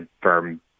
firm